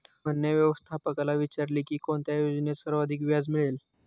मोहनने व्यवस्थापकाला विचारले की कोणत्या योजनेत सर्वाधिक व्याज मिळेल?